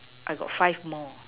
I got five more